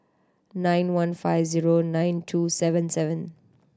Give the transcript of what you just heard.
nine one five zero nine two seven seven